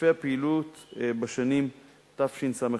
רצוני לשאול: